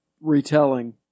retelling